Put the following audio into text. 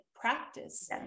practice